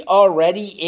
already